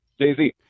Jay-Z